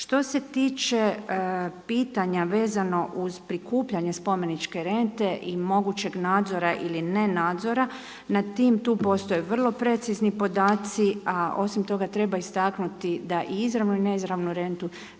Što se tiče pitanja vezano uz prikupljanje spomeničke rente i mogućeg nadzora ili ne nadzora nad tim tu postoje vrlo precizni podatci, a osim toga treba istaknuti da i izravnu i neizravnu rentu